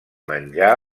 menjar